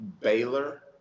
Baylor